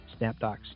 SnapDocs